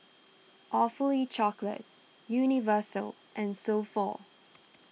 Awfully Chocolate Universal and So Pho